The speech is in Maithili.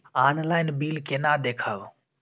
ऑनलाईन बिल केना देखब?